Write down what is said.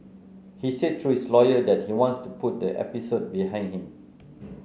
he said through his lawyer that he wants to put the episode behind him